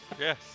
Yes